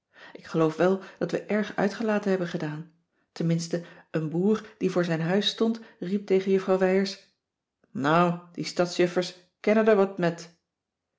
ik geloof wel dat we erg uitgelaten hebben gedaan tenminste een boer die voor zijn huis stond riep tegen juffrouw wijers nou die stadsjuffers kenne d'r wat met